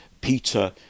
Peter